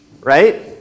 right